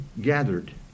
gathered